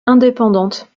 indépendante